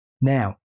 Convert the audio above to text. Now